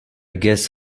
guess